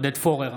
עודד פורר,